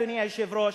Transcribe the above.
אדוני היושב-ראש,